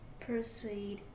Persuade